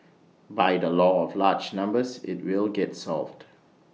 by the law of large numbers IT will get solved